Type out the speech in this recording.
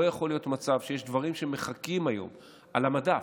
לא יכול להיות מצב שיש דברים שמחכים היום על המדף,